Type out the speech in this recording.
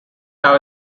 have